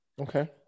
Okay